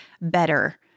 better